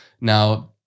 Now